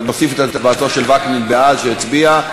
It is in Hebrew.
אבל נוסיף את הצבעתו של וקנין שהצביע בעד.